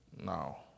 Now